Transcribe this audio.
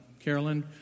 Carolyn